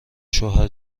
شوهر